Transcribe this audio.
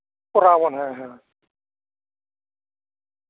ᱠᱚᱨᱟᱣ ᱟᱵᱚᱱ ᱦᱮᱸ ᱦᱮᱸ ᱦᱮᱸ